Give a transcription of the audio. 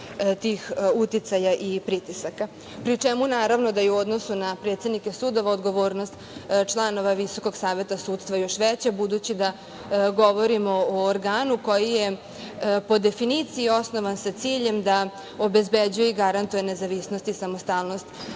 tih uticaja i pritisaka, pri čemu, naravno, da je u odnosu na predsednike sudova, odgovornost članova Visokog saveta sudstva još veća, budući da govorimo o organu koji je po definiciji osnovan sa ciljem da obezbeđuje i garantuje nezavisnost i samostalnost